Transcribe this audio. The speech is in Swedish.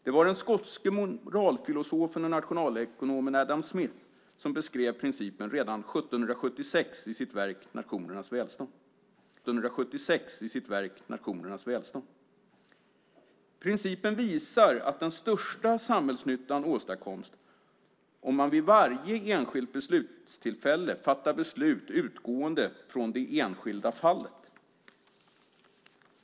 Det var den skotske moralfilosofen och nationalekonomen Adam Smith som beskrev principen redan 1776 i sitt verk Nationernas välstånd . Principen visar att den största samhällsnyttan åstadkoms om man vid varje enskilt beslutstillfälle fattar beslut utgående från det enskilda fallet.